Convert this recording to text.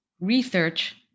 research